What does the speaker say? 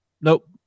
Nope